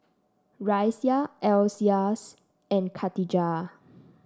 Raisya Elyas and Khatijah